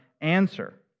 answer